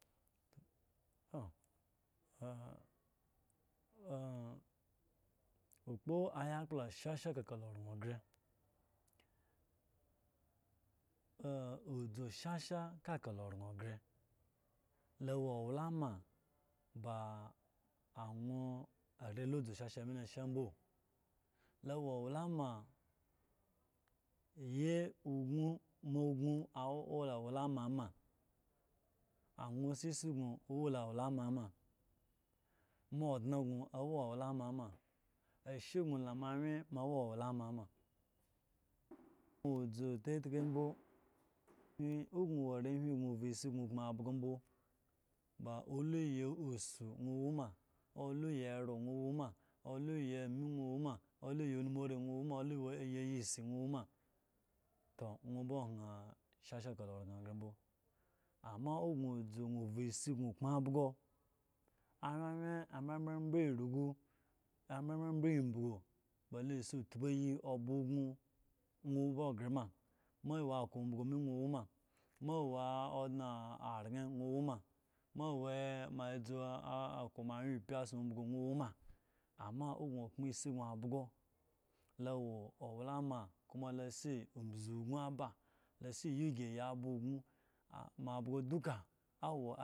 okpo yakplo shasha ka lo oran ga odzu shasha kalo oran ga lo owo walama ba ba are la adzu shasha me lo shambo la awo walama aye moa ugno a wo la owalamu ma nwo sisigno awo owalama ma mo a odne gno awo owalama ma ashe gno la moawye awo walama ma odzo tetke mbo owo gno wo eyehwi gno ovo esisno okam abgo mbo ba anye oye asu nwo woma oye oye ero na owo ma oyi oye ame na wo ma oyi ye onuri nwo owo ma, oyi oye ayi si nwo owo may to nwo ba han shasha ka oye oran ga mbo dua owo gno avo esi gno okanu bgo abobo embiyu ba la si otpi ye asi aba moa yi umbiyu nwo owo ma amma awo sno okama esi gno abgo